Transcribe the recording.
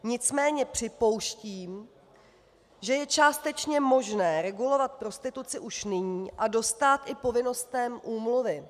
Nicméně připouštím, že je částečně možné regulovat prostituci už nyní a dostát i povinnostem úmluvy.